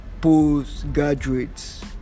postgraduates